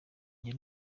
jye